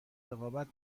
رقابت